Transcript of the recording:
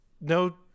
no